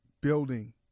building